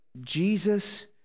Jesus